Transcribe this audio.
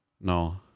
No